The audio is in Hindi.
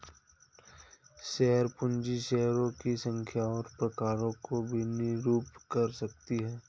शेयर पूंजी शेयरों की संख्या और प्रकारों को भी निरूपित कर सकती है